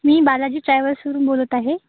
मी बालाजी ट्रॅव्हल्सवरून बोलत आहे